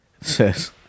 says